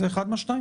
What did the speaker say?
זה אחד מהשניים.